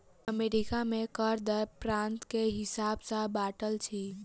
America में कर दर प्रान्त के हिसाब सॅ बाँटल अछि